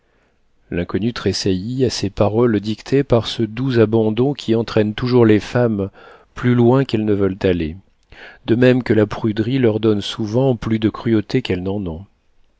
l'inconnu tressaillit à ces paroles dictées par ce doux abandon qui entraîne toujours les femmes plus loin qu'elles ne veulent aller de même que la pruderie leur donne souvent plus de cruauté qu'elles n'en ont